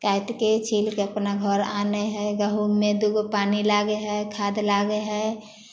काटिके छिलके अपना घर आनै हइ गहूॅंममे दूगो पानि लागै हइ खाद लागै हइ